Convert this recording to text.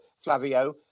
Flavio